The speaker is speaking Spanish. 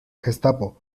gestapo